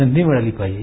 संधी मिळाली पाहिजे